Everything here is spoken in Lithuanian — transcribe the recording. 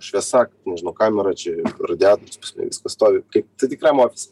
šviesa nežinau kamera čia radiatorius pas mane viskas stovi kaip tai tikram ofise